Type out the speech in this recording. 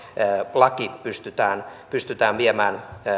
laki pystytään pystytään viemään